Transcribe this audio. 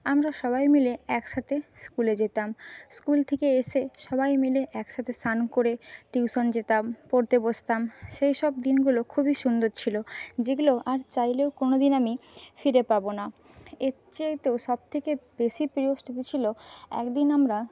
আমরা সবাই মিলে একসাথে স্কুলে যেতাম স্কুল থেকে এসে সবাই মিলে একসাথে স্নান করে টিউশন যেতাম পড়তে বসতাম সেইসব দিনগুলো খুবই সুন্দর ছিলো যেগুলো আর চাইলেও কোনোদিন আমি ফিরে পাবো না এর চাইতেও সবথেকে বেশি প্রিয় স্মৃতি ছিলো একদিন আমরা